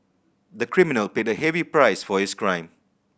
the criminal paid a heavy price for his crime